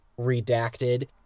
redacted